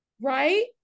Right